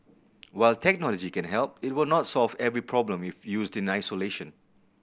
while technology can help it will not solve every problem if used in isolation